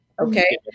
Okay